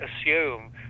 assume